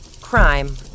Crime